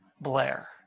Blair